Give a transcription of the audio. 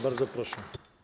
Bardzo proszę.